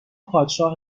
پادشاه